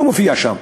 לא מופיע שם,